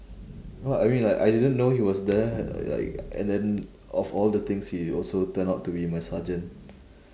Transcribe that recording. what I mean like I didn't know he was there li~ like and then of all the things he also turned out to be my sergeant